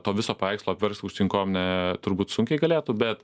to viso paveikslo apverst aukštyn kojom ne turbūt sunkiai galėtų bet